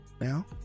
now